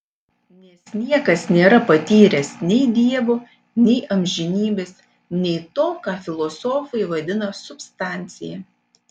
nes niekas nėra patyręs nei dievo nei amžinybės nei to ką filosofai vadina substancija